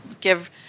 give